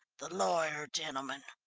the lawyer gentleman.